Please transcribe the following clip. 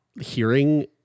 hearing